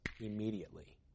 immediately